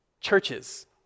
churches